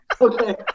Okay